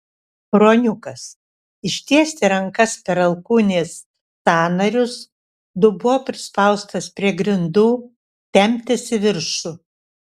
ruoniukas ištiesti rankas per alkūnės sąnarius dubuo prispaustas prie grindų temptis į viršų